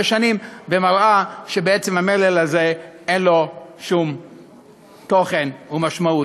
שנים ומראה שבעצם המלל הזה אין לו שום תוכן ומשמעות.